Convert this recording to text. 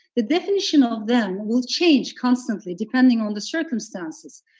the definition of them will change constantly depending on the circumstances,